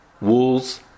Walls